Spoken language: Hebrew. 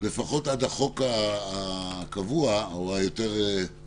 לפחות עד החוק הקבוע או המסגרת,